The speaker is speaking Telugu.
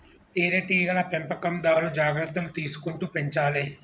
తేనె టీగల పెంపకందారు జాగ్రత్తలు తీసుకుంటూ పెంచాలే